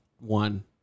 one